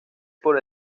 por